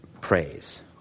praise